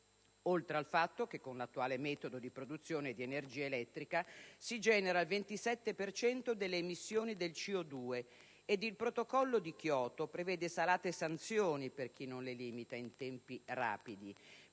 oltre al fatto che con l'attuale metodo di produzione di energia elettrica si genera il 27 per cento delle emissioni di CO2 ed il Protocollo di Kyoto prevede salate sanzioni per chi non le limita in tempi rapidi.